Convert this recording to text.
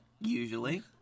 usually